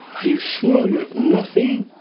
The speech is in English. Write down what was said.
you sure you have nothing.